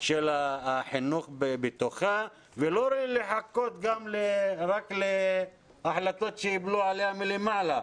של החינוך בתוכה ולא לחכות רק להחלטות שייפלו עליה מלמעלה,